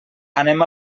anem